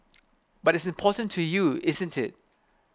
but it's important to you isn't it